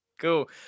cool